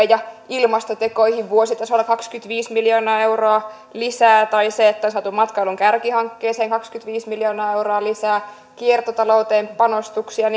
ja ilmastotekoihin vuositasolla kaksikymmentäviisi miljoonaa euroa lisää tai se että on saatu matkailun kärkihankkeeseen kaksikymmentäviisi miljoonaa euroa lisää kiertotalou teen panostuksia